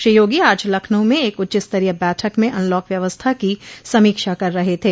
श्री योगी आज लखनऊ में एक उच्चस्तरीय बैठक में अनलॉक व्यवस्था की समीक्षा कर रहे थे